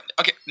okay